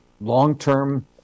long-term